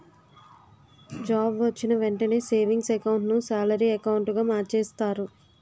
job వొచ్చిన వెంటనే savings account ను సాలరీ అకౌంటుగా మార్చేస్తారు